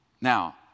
Now